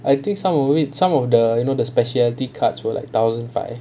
I think some will wait some of the you know the speciality cards were like thousand five